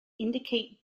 indicate